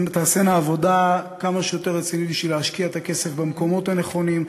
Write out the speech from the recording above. שתעשינה עבודה כמה שיותר רצינית כדי להשקיע את הכסף במקומות הנכונים,